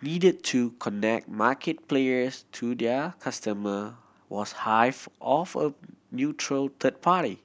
needed to connect market players to their customer was hived off a neutral third party